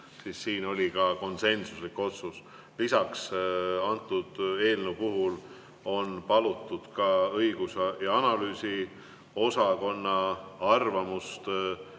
siis see oli konsensuslik otsus. Lisaks on antud eelnõu puhul palutud õigus- ja analüüsiosakonna arvamust,